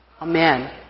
Amen